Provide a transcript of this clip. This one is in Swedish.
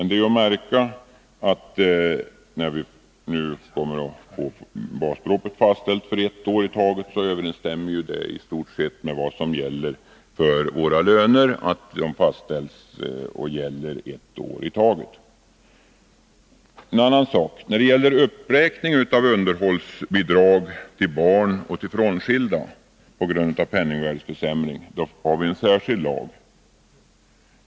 Det är att märka att när vi nu kommer att få basbeloppet fastställt för ett år i taget, så överensstämmer det i stort sett med vad som gäller för våra löner. Vad gäller uppräkning av underhållsbidrag till barn och frånskilda på grund av penningvärdesförsämring har vi en särskild lag.